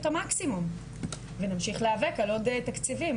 את המקסימום ונמשיך להיאבק על עוד תקציבים,